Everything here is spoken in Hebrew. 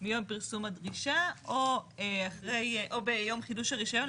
מיום פרסום הדרישה או ביום חידוש הרישיון,